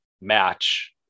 match